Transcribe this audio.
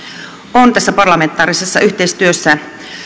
on tässä parlamentaarisessa yhteistyössä